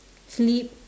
sleep